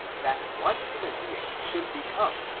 that one human being should become,